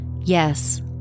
yes